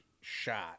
shot